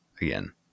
again